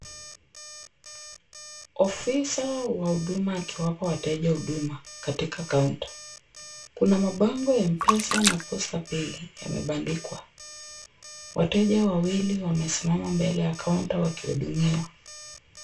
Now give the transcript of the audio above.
Ofisa wa huduma akiwapa wateja huduma katika kaunta. Kuna mabango ya M-pesa na posta pay yamebandikwa. Wateja wawili wamesimama mbele ya kaunta wakihudumiwa.